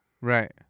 Right